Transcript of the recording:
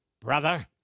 brother